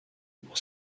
pour